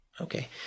Okay